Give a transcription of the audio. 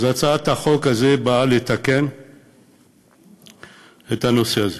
אז הצעת החוק הזו באה לתקן את הנושא הזה.